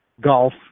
golf